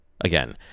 again